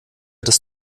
des